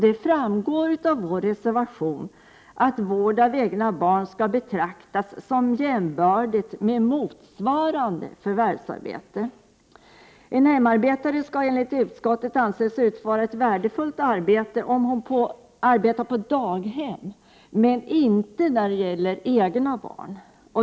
Det framgår av vår reservation att vård av egna barn skall betraktas som En hemarbetande skulle enligt utskottet anses utföra ett värdefullt arbete om hon arbetade på daghem — men inte när det gäller egna barn.